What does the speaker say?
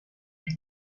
non